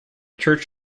church